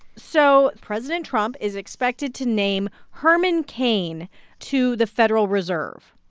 so president trump is expected to name herman cain to the federal reserve.